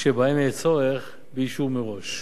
שבהם יהיה צורך באישור מראש.